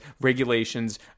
regulations